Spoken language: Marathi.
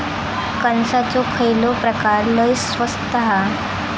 कणसाचो खयलो प्रकार लय स्वस्त हा?